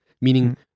Meaning